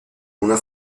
una